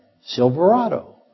Silverado